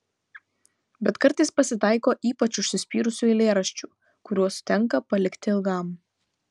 bet kartais pasitaiko ypač užsispyrusių eilėraščių kuriuos tenka palikti ilgam